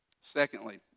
Secondly